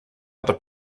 other